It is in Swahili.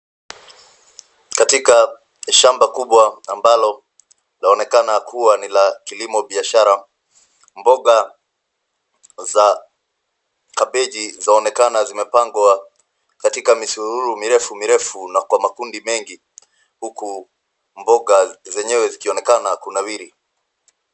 Katika shamba kubwa ambalo laonekana kuwa ni la kilimo biashara. Mboga za kabeji zaonekana zimepangwa katika misururu mirefu mirefu na kwa makundi mengi huku mboga zenyewe zikionekana kunawiri.